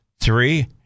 Three